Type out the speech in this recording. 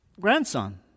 grandson